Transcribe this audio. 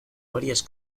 varias